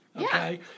okay